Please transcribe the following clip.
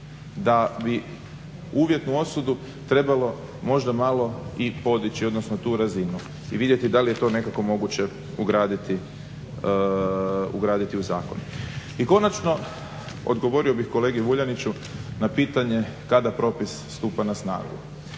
da bi uvjetnu osudu trebalo možda malo i podići, odnosno tu razinu i vidjeti da li je to nekako moguće ugraditi u zakon. I konačno odgovorio bih kolegi Vuljaniću na pitanje kada propis stupa na snagu.